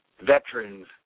veterans